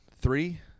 three